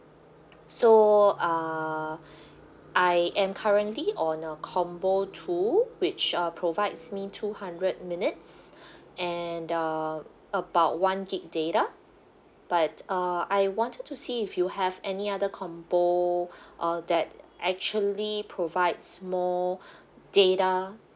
so uh I am currently on a combo two which uh provides me two hundred minutes and uh about one gig data but uh I wanted to see if you have any other combo uh that actually provides more data